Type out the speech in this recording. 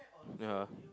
yeah